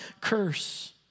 curse